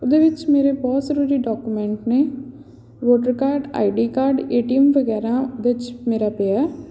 ਉਹਦੇ ਵਿੱਚ ਮੇਰੇ ਬਹੁਤ ਜ਼ਰੂਰੀ ਡਾਕੂਮੈਂਟ ਨੇ voter card I D card A T M ਵਗੈਰਾ ਉਹਦੇ 'ਚ ਮੇਰਾ ਪਿਆ